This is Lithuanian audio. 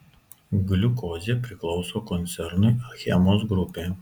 gliukozė priklauso koncernui achemos grupė